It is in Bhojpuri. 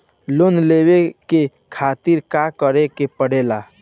लोन लेवे के खातिर का करे के पड़ेला?